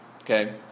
okay